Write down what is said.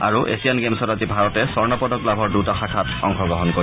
আৰু এছিয়ান গেমছত আজি ভাৰতে স্বৰ্ণ পদক লাভৰ দুটা শাখাত অংশগ্ৰহণ কৰিব